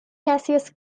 cassius